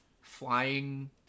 flying